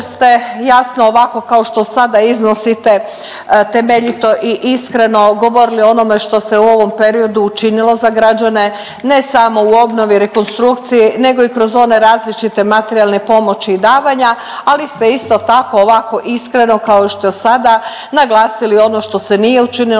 ste jasno ovako kao što sada iznosite temeljito i iskreno govorili o onome što se u ovom periodu učinilo za građane ne samo u obnovi i rekonstrukciji nego i kroz one različite materijalne pomoći i davanja, ali ste isto tako ovako iskreno kao i što sada naglasili ono što se nije učinilo,